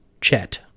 Chet